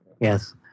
Yes